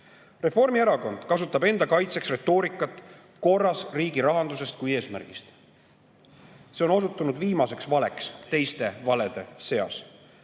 kaotuse. Reformierakond kasutab enda kaitseks retoorikat korras riigirahandusest kui eesmärgist. See on osutunud viimaseks valeks teiste valede seas.